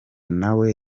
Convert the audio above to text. nawe